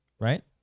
right